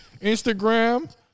Instagram